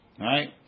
Right